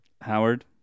Howard